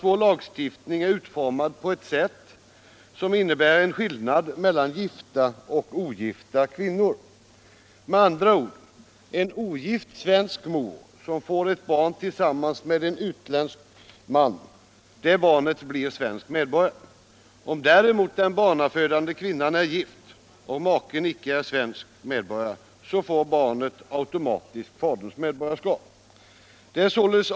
Vår lagstiftning är således utformad på ett sätt som innebär en skillnad mellan gifta och ogifta kvinnor. Med andra ord: Om en ogift svensk mor får ett barn tillsammans med en utländsk man blir barnet svensk medborgare. Om däremot den barnafödande kvinnan är gift och maken icke är svensk medborgare får barnet automatiskt faderns medborgarskap.